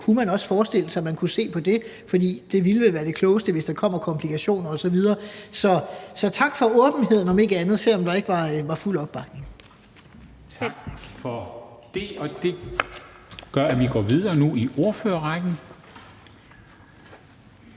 kunne man forestille sig, at man også kunne se på det, for det ville vel være det klogeste, hvis der kommer komplikationer osv. Så tak for åbenheden, om ikke andet, selv om der ikke var fuld opbakning. Kl. 12:46 Ina Strøjer-Schmidt